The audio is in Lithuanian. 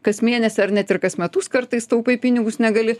kas mėnesį ar net ir kas metus kartais taupai pinigus negali